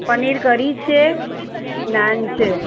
paneer curry છે નાન છે